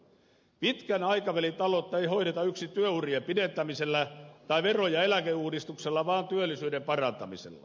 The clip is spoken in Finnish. pitkän aikavälin taloutta ei hoideta yksin työ urien pidentämisellä tai vero ja eläkeuudistuksella vaan työllisyyden parantamisella